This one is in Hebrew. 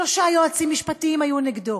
שלושה יועצים משפטיים היו נגדו,